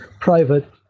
private